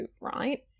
right